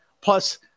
Plus